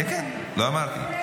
כן, כן, לא אמרתי.